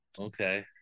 Okay